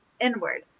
inward